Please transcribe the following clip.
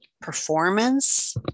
performance